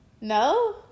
no